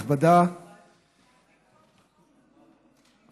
השר, כבודו, בשמה של השרה איילת שקד.